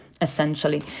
essentially